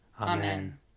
Amen